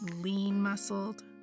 lean-muscled